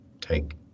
take